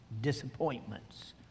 disappointments